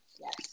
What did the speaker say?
yes